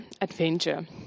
adventure